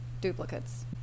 duplicates